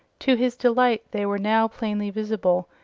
to his delight they were now plainly visible,